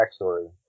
backstory